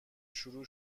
شروع